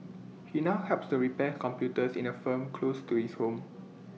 he now helps to repair computers in A firm close to his home